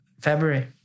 February